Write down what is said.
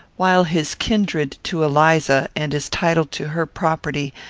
while his kindred to eliza, and his title to her property,